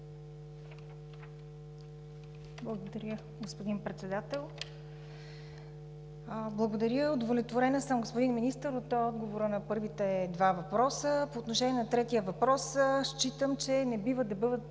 Благодаря Ви, господин Председател. Благодаря, удовлетворена съм, господин Министър, от отговора на първите два въпроса. По отношение на третия въпрос считам, че не бива да бъдат